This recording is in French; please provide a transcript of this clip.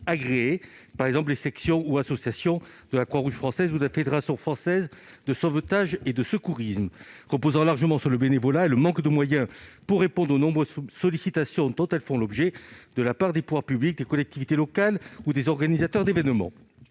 par exemple les sections ou associations de la Croix-Rouge française ou de la Fédération française de sauvetage et de secourisme. Ces organismes reposent largement sur le bénévolat et sont confrontés à un manque de moyens pour répondre aux nombreuses sollicitations dont ils font l'objet de la part des pouvoirs publics, des collectivités locales ou des organisateurs d'événements.